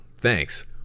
Thanks